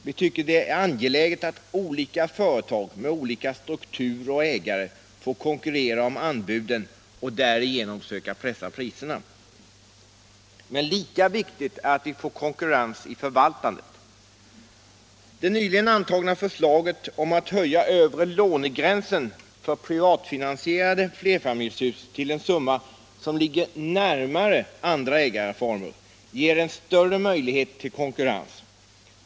Vi tycker att det är angeläget att olika företag med olika struktur och ägare får konkurrera om anbuden och därigenom söka pressa priserna. Men lika viktigt är att vi får konkurrens i förvaltandet. Det nyligen antagna förslaget om att höja övre lånegränsen för privatfinansierade flerfamiljshus till en summa som ligger närmare vad som gäller för andra ägareformer, ger en större möjlighet till konkurrens.